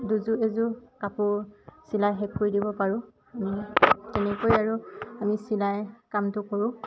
দুযোৰ এযোৰ কাপোৰ চিলাই শেষ কৰি দিব পাৰোঁ আমি তেনেকৈ আৰু আমি চিলাই কামটো কৰোঁ